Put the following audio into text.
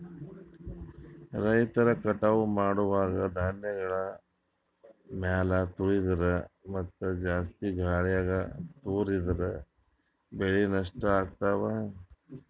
ರೈತರ್ ಕಟಾವ್ ಮಾಡುವಾಗ್ ಧಾನ್ಯಗಳ್ ಮ್ಯಾಲ್ ತುಳಿದ್ರ ಮತ್ತಾ ಜಾಸ್ತಿ ಗಾಳಿಗ್ ತೂರಿದ್ರ ಬೆಳೆ ನಷ್ಟ್ ಆಗ್ತವಾ